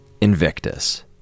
Invictus